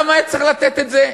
למה היה צריך לתת את זה?